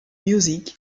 music